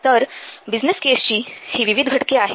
तर बिझनेस केसची ही विविध घटके आहेत